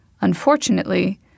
Unfortunately